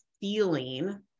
feeling